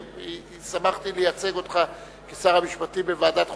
שמחתי לייצג אותך כשר המשפטים בוועדת החוקה,